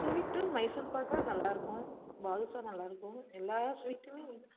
ஸ்வீட்டும் மைசூர்பாக்கு நல்லாயிருக்கும் பாதுஷா நல்லாயிருக்கும் எல்லா ஸ்வீட்டுமே